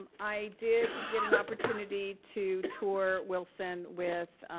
i did get an opportunity to tour wilson with